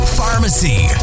pharmacy